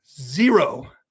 Zero